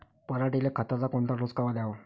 पऱ्हाटीले खताचा कोनचा डोस कवा द्याव?